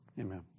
amen